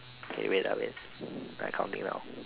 okay wait ah wait I counting now